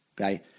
Okay